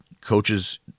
coaches